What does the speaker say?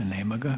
Nema ga.